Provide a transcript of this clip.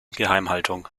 geheimhaltung